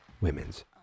Women's